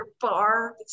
bar